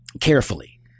carefully